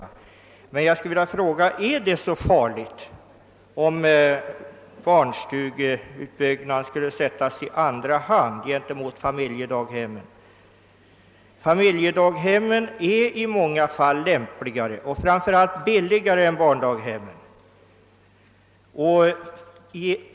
Jag skulle emellertid vilja fråga: Är det så farligt, om daghemsutbyggnaden sätts i andra hand i förhållande till familjedaghemmen? Familjedaghemmen är i många fall lämpligare och framför allt billigare än barndaghemmen.